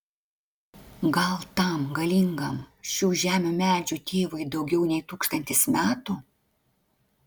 gal tam galingam šių žemių medžių tėvui daugiau nei tūkstantis metų